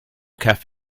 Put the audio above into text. cafe